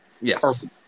Yes